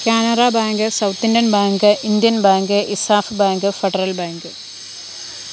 Canara bank south Indian bank Indian bank ESAF bank federal bank